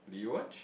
did you watch